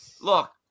Look